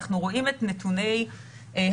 אנחנו רואים את נתוני ההדבקות.